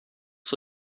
for